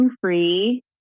free